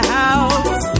house